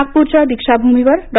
नागपूरच्या दीक्षाभूमीवर डॉ